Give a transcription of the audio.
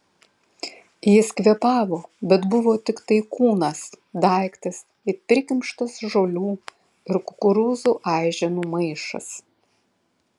jis kvėpavo bet buvo tiktai kūnas daiktas it prikimštas žolių ir kukurūzų aiženų maišas